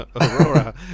Aurora